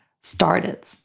started